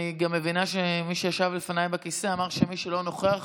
אני גם מבינה שמי שישב לפניי על הכיסא אמר שמי שלא נוכח